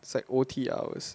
it's like O_T hours